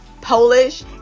Polish